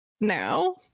now